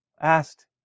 asked